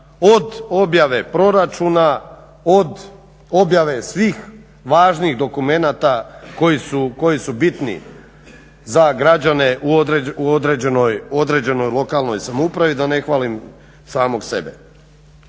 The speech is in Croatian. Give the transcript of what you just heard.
od objave proračuna, od objave svih važnih dokumenata koji su bitni za građane u određenoj lokalnoj samoupravi, da ne hvalim samog sebe.